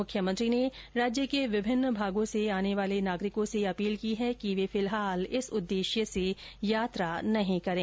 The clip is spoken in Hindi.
मुख्यमंत्री ने राज्य के विभिन्न भागों से आने वाले नागरिकों से अपील की है कि वे फिलहाल इस उद्देश्य से यात्रा नहीं करें